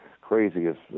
craziest